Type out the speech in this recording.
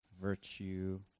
virtue